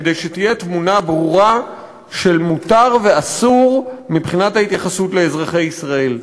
כדי שתהיה תמונה ברורה של מותר ואסור מבחינת ההתייחסות לאזרחי ישראל.